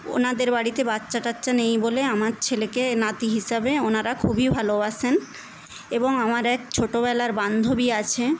ওনাদের বাড়িতে বাচ্চা টাচ্চা নেই বলে আমার ছেলেকে নাতি হিসাবে ওনারা খুবই ভালোবাসেন এবং আমার এক ছোটবেলার বান্ধবী আছে